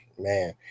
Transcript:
Man